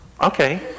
Okay